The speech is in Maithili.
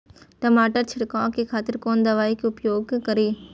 टमाटर छीरकाउ के खातिर कोन दवाई के उपयोग करी?